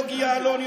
בוגי יעלון,